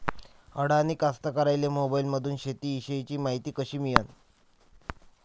अडानी कास्तकाराइले मोबाईलमंदून शेती इषयीची मायती कशी मिळन?